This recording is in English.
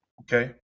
Okay